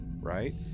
right